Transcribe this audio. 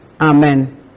Amen